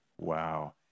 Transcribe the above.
Wow